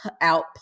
out